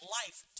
life